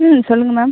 ம் சொல்லுங்கள் மேம்